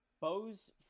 Bose